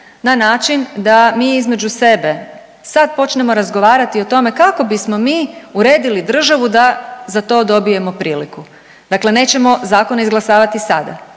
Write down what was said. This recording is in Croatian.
na način da mi između sebe sad počnemo razgovarati o tome kako bismo mi uredili državu da za to dobijemo priliku. Dakle nećemo zakone izglasavati sada,